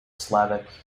slavic